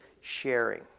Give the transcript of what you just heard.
sharing